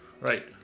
Right